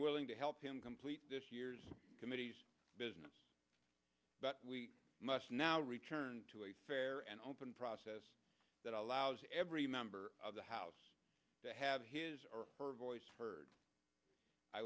willing to help him complete this year's committee's business but we must now return to a fair and open process that allows every member of the house to have his or her voice heard i